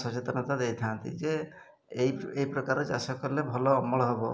ସଚେତନତା ଦେଇଥାନ୍ତି ଯେ ଏଇ ଏଇ ପ୍ରକାର ଚାଷ କଲେ ଭଲ ଅମଳ ହେବ